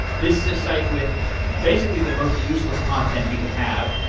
this is a site with basically the most useless content you could have.